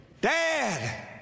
Dad